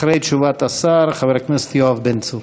אחרי תשובת השר, חבר הכנסת יואב בן צור.